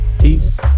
Peace